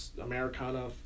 Americana